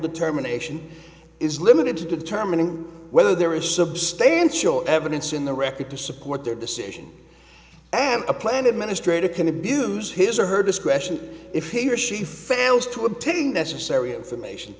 determination is limited to determining whether there is substantial evidence in the record to support their decision and a plan administrator can abuse his or her discretion if he or she fails to obtain necessary information